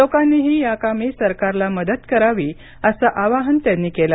लोकांनीही याकामी सरकारला मदत करावी असं आवाहन त्यांनी केलं